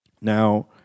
Now